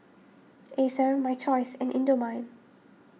Acer My Choice and Indomie